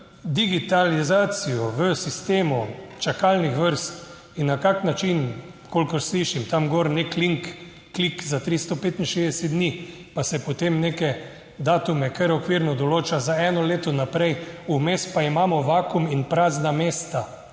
digitalizacijo v sistemu čakalnih vrst in na kakšen način, kolikor slišim tam gor nek link, klik za 365 dni, pa se potem neke datume kar okvirno določa za eno leto naprej, vmes pa imamo vakuum in prazna mesta,